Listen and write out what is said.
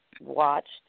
watched